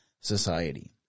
society